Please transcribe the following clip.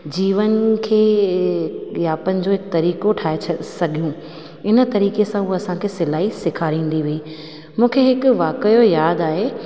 जीवन खे यापनि जो हिकु तरीक़ो ठाहे सघूं इन करे की उहा असांखे सिलाई सेखारंदी हुई मूंखे हिकु वकायो यादि आहे